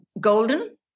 Golden